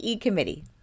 committee